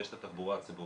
ויש את התחבורה הציבורית,